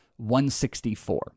164